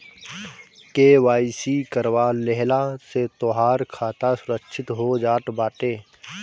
KYC करवा लेहला से तोहार खाता सुरक्षित हो जात बाटे